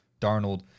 Darnold